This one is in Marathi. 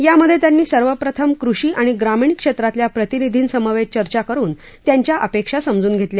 यामधधध त्यांनी सर्वप्रथम कृषी आणि ग्रामीण क्षक्रातल्या प्रतिनिधींसमवतीचर्चा करुन त्यांच्या अपक्षी समजून घतिल्या